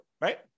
right